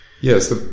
Yes